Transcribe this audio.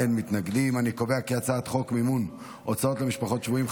חוק מימון הוצאות למשפחות שבויים,